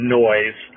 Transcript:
noise